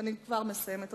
אני כבר מסיימת,